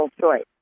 choice